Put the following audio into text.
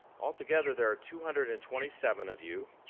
altogether there two hundred and twenty seven of you,